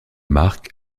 mark